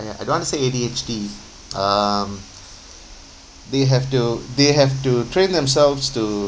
I don't want to say A_D_H_D um they have to they have to train themselves to